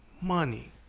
Money